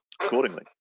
accordingly